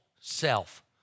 self